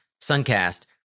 Suncast